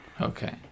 Okay